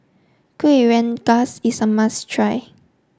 Kueh Rengas is a must try